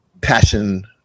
passion